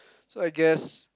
so I guess